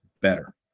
better